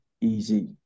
easy